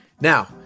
Now